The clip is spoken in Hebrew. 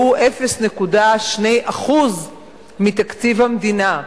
0.2% מתקציב המדינה,